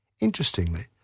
Interestingly